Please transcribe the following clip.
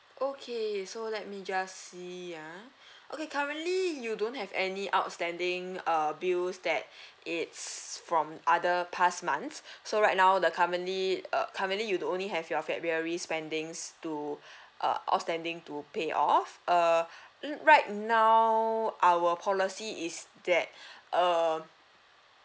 okay so let me just see ah okay currently you don't have any outstanding uh bills that it's from other past months so right now the currently uh currently you only have your february spendings to uh outstanding to pay off uh right now our policy is that uh